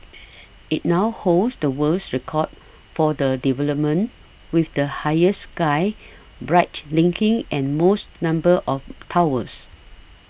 it now holds the world's record for the development with the highest sky bridge linking the most number of towers